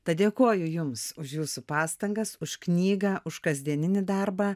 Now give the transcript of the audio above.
tad dėkoju jums už jūsų pastangas už knygą už kasdieninį darbą